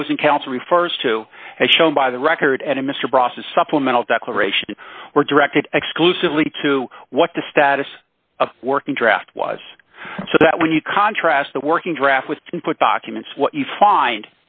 opposing counsel refers to as shown by the record and in mr process supplemental declaration were directed exclusively to what the status of working draft was so that when you contrast the working draft with input documents what you find